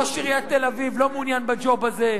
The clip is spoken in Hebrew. ראש עיריית תל-אביב לא מעוניין בג'וב הזה.